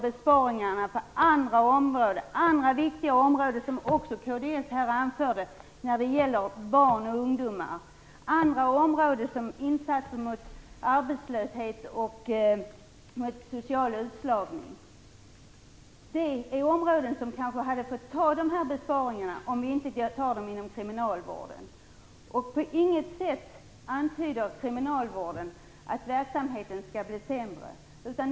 Besparingarna får inte, som också kds anförde tidigare i debatten, läggas över på andra viktiga områden som barn och ungdomar, insatser mot arbetslöshet och social utslagning. Det är områden som kanske hade fått ta de här besparingarna om de inte kan ske inom kriminalvården. På inget sätt antyder man inom kriminalvården att verksamheten skall bli sämre.